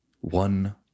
one